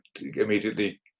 Immediately